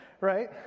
right